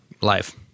Life